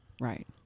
right